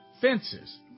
fences